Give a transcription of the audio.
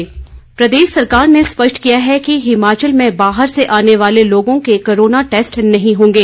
corona जांच प्रदेश सरकार ने स्पष्ट किया है कि हिमाचल में बाहर से आने वाले लोगों के कोरोना टेस्ट नहीं होंगे